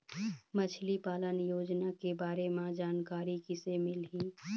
मछली पालन योजना के बारे म जानकारी किसे मिलही?